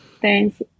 Thanks